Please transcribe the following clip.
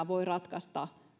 voi ratkaista